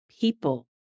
people